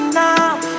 now